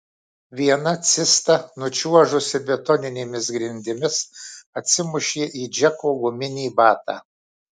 viena cista nučiuožusi betoninėmis grindimis atsimušė į džeko guminį batą